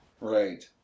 Right